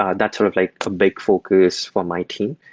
ah that's sort of like the big focus for my team.